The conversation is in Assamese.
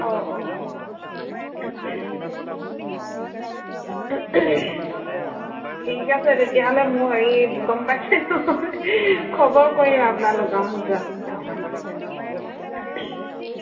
অঁ অঁ অঁ ঠিক আছে তেতিয়াহ'লে মোৰ হেৰি গম পাইছে নহয় খবৰ কৰিম আপোনালোকৰ যোৱা অঁ ঠিক আছে